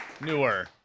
Newer